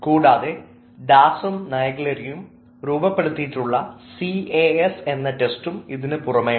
കൂടാതെ ദാസും നാഗ്ലിയേരിയും രൂപപ്പെടുത്തി എടുത്തിട്ടുള്ള സി എ സ് എന്ന ടെസ്റ്റും ഇതിനുപുറമേയുണ്ട്